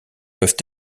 peuvent